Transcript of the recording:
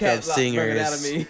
singers